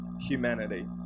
Humanity